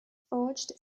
forged